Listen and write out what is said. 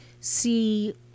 see